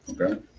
okay